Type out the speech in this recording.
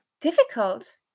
Difficult